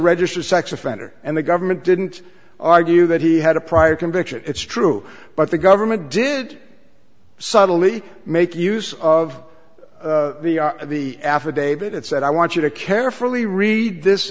registered sex offender and the government didn't argue that he had a prior conviction it's true but the government did subtly make use of the affidavit and said i want you to carefully read this